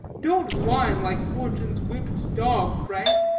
don't whine like fortune's whipped dog, frank,